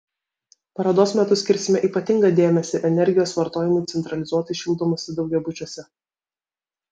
parodos metu skirsime ypatingą dėmesį energijos vartojimui centralizuotai šildomuose daugiabučiuose